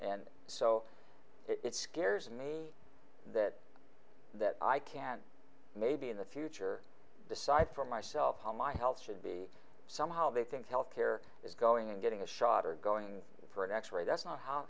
and so it scares me that that i can maybe in the future decide for myself how my health should be some how they think health care is going and getting a shot or going for an x ray that's not how